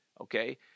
okay